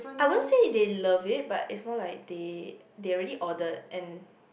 I won't say if they love it but it's more like they they already ordered and